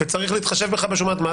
וצריך להתחשב בך בשומת המס,